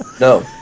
No